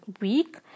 week